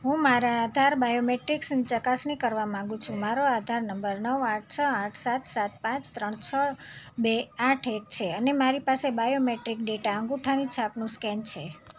હું મારા આધાર બાયોમેટ્રિક્સની ચકાસણી કરવા માગું છું મારો આધાર નંબર નવ આઠ છ આઠ સાત સાત પાંચ ત્રણ છ બે આઠ એક છે અને મારી પાસે બાયોમેટ્રિક ડેટા અંગૂઠાની છાપનું સ્કેન છે